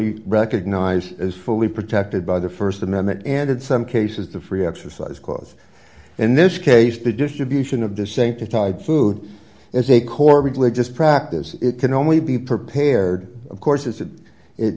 you recognize as fully protected by the st amendment and in some cases the free exercise clause in this case the distribution of the same type food as a core religious practice it can only be prepared of course is that it